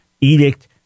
edict